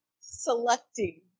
selecting